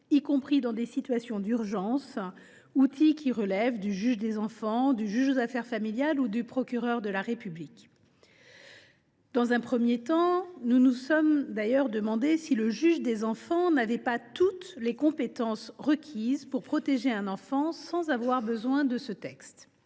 y compris dans des situations d’urgence, outils qui relèvent du juge des enfants, du juge aux affaires familiales ou du procureur de la République. Dans un premier temps, nous nous sommes donc demandé si le juge des enfants n’avait pas toutes les compétences requises pour protéger un enfant, sans avoir besoin de ce texte.